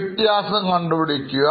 വ്യത്യാസം കണ്ടുപിടിക്കുക